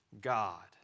God